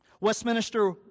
Westminster